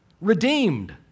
Redeemed